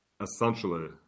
essentially